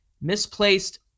misplaced